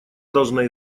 должна